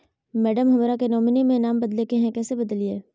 madam, हमरा के nominee में नाम बदले के हैं, कैसे बदलिए